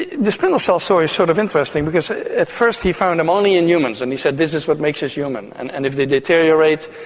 the spindle cell story is sort of interesting because at first he found them only in humans and he said this is what makes us human, and and if they deteriorate,